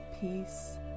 peace